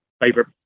favorite